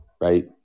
right